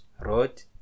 road